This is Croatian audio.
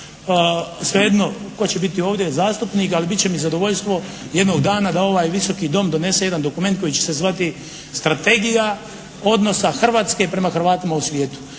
sve jedno tko će biti ovdje zastupnik ali biti će mi zadovoljstvo jednog dana da ovaj Visoki dom donese jedan dokument koji će se zvati strategija odnosa Hrvatske prema Hrvatima u svijetu